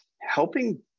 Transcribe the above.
helping